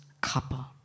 couple